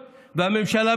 והממשלה,